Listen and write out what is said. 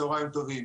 צוהריים טובים.